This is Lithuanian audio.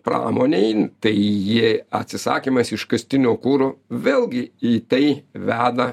pramonėj tai ji atsisakymas iškastinio kuro vėlgi į tai veda